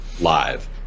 live